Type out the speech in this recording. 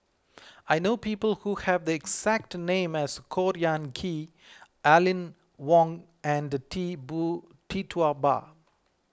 I know people who have the exact name as Khor Ean Ghee Aline Wong and Tee Tee Tua Ba